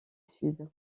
sud